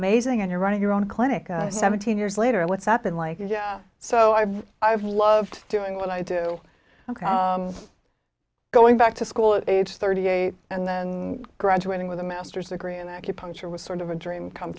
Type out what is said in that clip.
amazing and you're running your own clinic seventeen years later and what's that been like yeah so i've i've loved doing what i do going back to school age thirty eight and then graduating with a masters degree and acupuncture was sort of a dream come